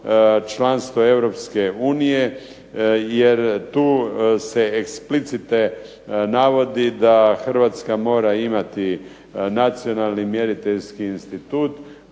članstvo EU jer tu se eksplicite navodi da Hrvatska mora imati Nacionalni mjeriteljski institut